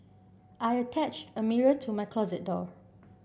I attached a mirror to my closet door